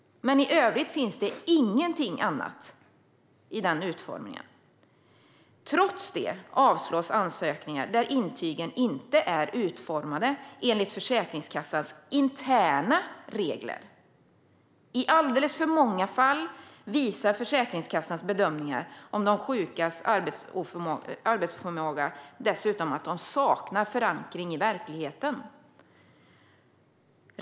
Men i övrigt står det ingenting annat. Trots det avslås ansökningar där intygen inte är utformade enligt Försäkringskassans interna regler. I alldeles för många fall visar Försäkringskassans bedömningar av de sjukas arbetsförmåga dessutom att de saknar förankring i verkligheten.